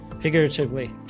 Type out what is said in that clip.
figuratively